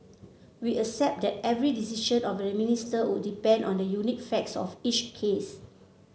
we accept that every decision of the Minister would depend on the unique facts of each case